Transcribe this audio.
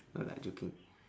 no lah joking